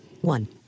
One